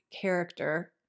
character